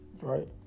right